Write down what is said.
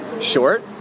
short